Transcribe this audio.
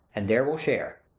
and there we'll share.